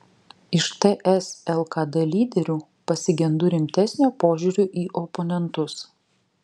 iš ts lkd lyderių pasigendu rimtesnio požiūrio į oponentus